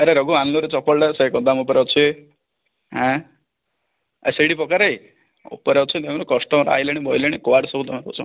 ଆରେ ରଘୁ ଆଣିଲୁରେ ଚପଲଟା ସେ ଗୋଦାମ ଉପରେ ଅଛି ହେଁ ଆରେ ସେଇଟି ପକାରେ ଉପରେ ଅଛନ୍ତି ଆମର କଷ୍ଟମର ଆସିଲେଣି ବସିଲେଣି କୁଆଡ଼େ ସବୁ ତମେ ଅଛ